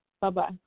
Bye-bye